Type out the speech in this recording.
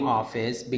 office